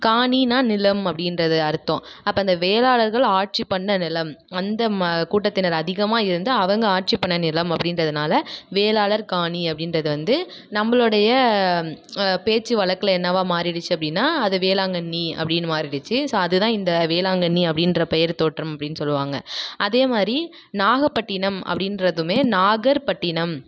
காணினா நிலம் அப்படீன்றது அர்த்தம் அப்போ இந்த வேளாளர்கள் ஆட்சி பண்ண நிலம் அந்த ம கூட்டத்தினர் அதிகமாயிருந்து அவங்க ஆட்சி பண்ண நிலம் அப்படீன்றதுனால வேளாளர் காணி அப்படீன்றது வந்து நம்மளுடைய பேச்சு வழக்கில் என்னாவா மாறிடிச்சு அப்படீனா அது வேளாங்கண்ணி அப்படீனு மாறிடிச்சு ஸோ அது தான் இந்த வேளாங்கண்ணி அப்படீன்ற பெயர் தோற்றம் அப்படீனு சொல்லுவாங்க அதே மாதிரி நாகப்பட்டினம் அப்படீன்றதுமே நாகபட்டினம்